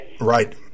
Right